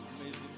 amazing